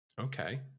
Okay